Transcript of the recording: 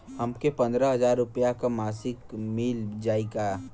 हमके पन्द्रह हजार रूपया क मासिक मिल जाई का?